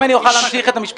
אם אני אוכל להמשיך את המשפט.